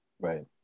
right